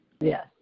yes